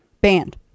banned